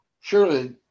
Surely